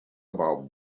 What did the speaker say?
about